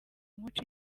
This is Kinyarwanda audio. umuca